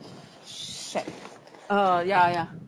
shag uh ya ya